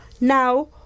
Now